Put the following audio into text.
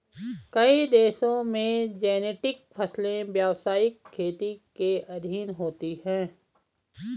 कई देशों में जेनेटिक फसलें व्यवसायिक खेती के अधीन होती हैं